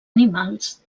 animals